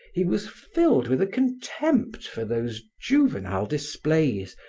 he was filled with a contempt for those juvenile displays,